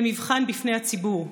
למבחן בפני הציבור.